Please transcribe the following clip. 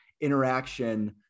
interaction